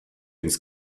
ins